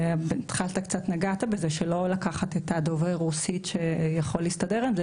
קצת נגעת בזה לא לקחת את דובר הרוסית שיכול להסתדר עם זה,